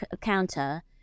counter